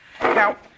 Now